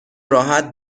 راحت